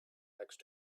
next